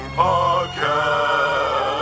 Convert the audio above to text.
podcast